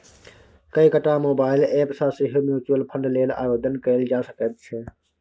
कएकटा mobile app सँ सेहो म्यूचुअल फंड लेल आवेदन कएल जा सकैत छै